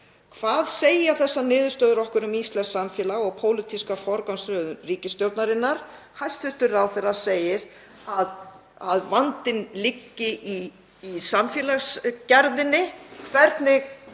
Hvað segja þessar niðurstöður okkur um íslenskt samfélag og pólitíska forgangsröðun ríkisstjórnarinnar? Hæstv. ráðherra segir að vandinn liggi í samfélagsgerðinni. Hvernig